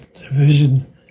division